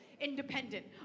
independent